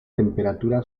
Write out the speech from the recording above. temperatura